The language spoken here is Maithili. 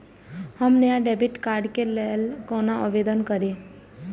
हम नया डेबिट कार्ड के लल कौना आवेदन करि?